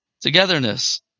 Togetherness